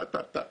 טה טה טה,